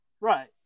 right